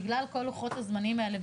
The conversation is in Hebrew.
בגלל כל לוחות הזמנים האלה,